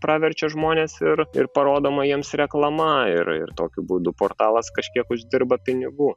praverčia žmonės ir ir parodoma jiems reklama ir ir tokiu būdu portalas kažkiek uždirba pinigų